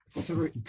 three